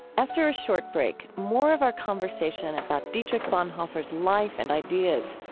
after a short break, more of our conversation about dietrich bonhoeffer's life and ideas.